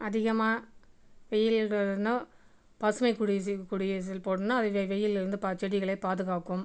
அதிகமாக வெயில் னு பசுமை குடி குடி போடணும் அதை வெ வெயில்லேருந்து பா செடிகளை பாதுகாக்கும்